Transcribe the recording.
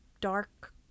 dark